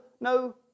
no